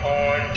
on